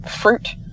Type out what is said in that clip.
fruit